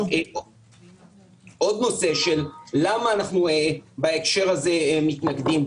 עוד נושא של למה אנחנו בהקשר הזה מתנגדים,